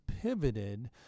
pivoted